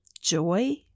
joy